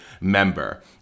member